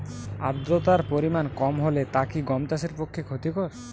আর্দতার পরিমাণ কম হলে তা কি গম চাষের পক্ষে ক্ষতিকর?